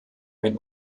ein